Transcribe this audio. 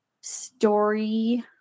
story